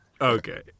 Okay